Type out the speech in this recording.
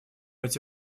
эти